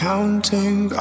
Counting